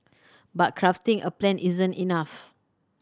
but crafting a plan isn't enough